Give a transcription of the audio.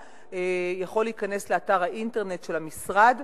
יכול להיכנס לאתר האינטרנט של המשרד